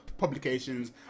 publications